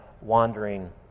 wandering